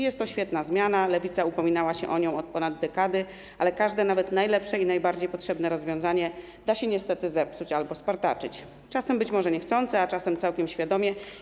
Jest to świetna zmiana, Lewica upominała się o nią od ponad dekady, ale każde rozwiązanie, nawet najlepsze i najbardziej potrzebne, da się niestety zepsuć albo spartaczyć, czasem być może niechcący, a czasem całkiem świadomie.